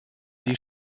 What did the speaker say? die